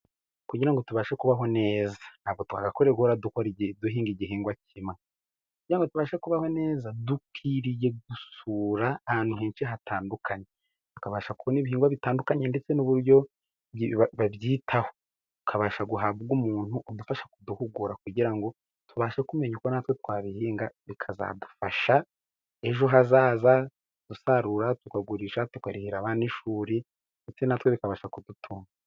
Kugira ngo tubashe kubaho neza, ntabwo twagakwiriye guhora duhinga igihingwa kimwe. Kugirango tubashe kubaho neza, dukwiriye gusura ahantu henshi hatandukanye, tukabasha, kubona ibihingwa bitandukanye, ndetse n'uburyo babyitaho, tukabasha guhabwa umuntu udufasha kuduhugura kugira ngo tubashe kumenya uko natwe twabihinga bikazadufasha ejo hazaza, dusarura, tukagurisha, tukarihira abandishuri, ndetse natwe bikabasha kudutunga.